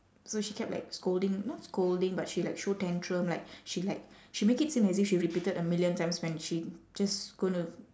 so she kept like scolding not scolding but she like throw tantrum like she like she make it seem as if she repeated a million times when she just gonna